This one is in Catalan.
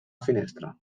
finestra